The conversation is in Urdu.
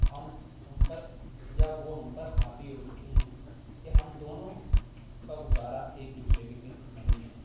ہم ان پر یا وہ ہم پر حاوی ہو چکے ہیں کہ ہم دونوں کا گزارا ایک دوسرے کے بن نہیں ہے